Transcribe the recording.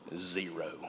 Zero